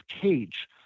cage